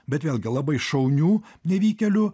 bet vėlgi labai šaunių nevykėlių